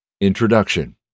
Introduction